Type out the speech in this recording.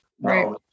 Right